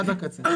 עד הקצה.